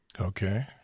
okay